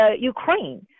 Ukraine